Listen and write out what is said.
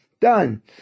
done